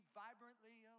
vibrantly